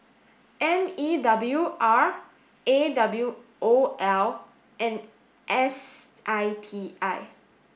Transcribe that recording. M E W R A W O L and S I T I